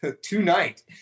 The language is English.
tonight